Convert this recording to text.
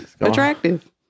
attractive